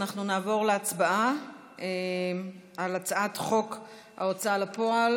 אנחנו נעבור להצבעה על הצעת חוק ההוצאה לפועל